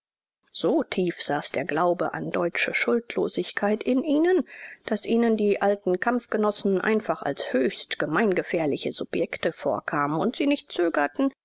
so tief saß der glaube an deutsche schuldlosigkeit in ihnen daß ihnen die alten kampfgenossen einfach als höchst gemeingefährliche subjekte vorkamen und sie nicht zögerten